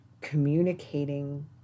communicating